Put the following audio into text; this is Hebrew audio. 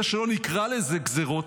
זה שלא נקרא לזה גזרות,